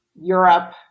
Europe